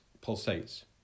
pulsates